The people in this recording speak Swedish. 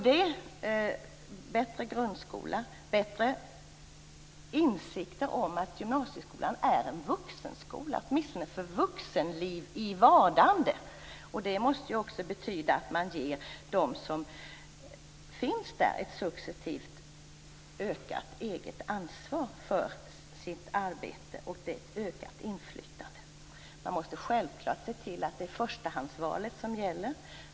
Dessutom måste vi inse att gymnasieskolan är en vuxenskola eller åtminstone en skola för vuxenliv i vardande. Det måste betyda att man ger dem som finns där ett successivt ökat eget ansvar för sitt arbete och ett ökat inflytande. Man måste självklart se till att förstahandsvalet gäller.